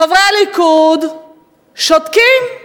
חברי הליכוד שותקים.